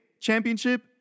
championship